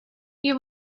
you